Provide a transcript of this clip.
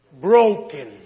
broken